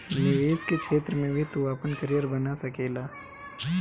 निवेश के क्षेत्र में भी तू आपन करियर बना सकेला